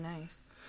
nice